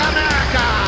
America